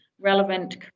relevant